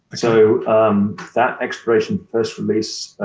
so that exploration press release,